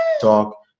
talk